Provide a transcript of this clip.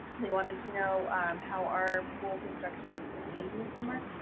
they wanted to know how our pool construction was proceeding this summer.